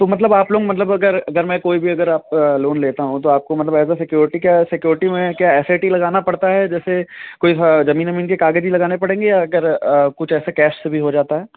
तो मतलब आप लोग मतलब अगर अगर मैं कोई भी अगर आप लोन लेता हूँ तो आपको मतलब एज ए सिक्योरिटी क्या सिक्योरिटी में क्या एसेट ही लगाना पड़ता है जैसे कोई ज़मीन वमीन के कागज़ लगाने पड़ेंगे अगर कुछ ऐसे कैश भी हो जाता है